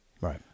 Right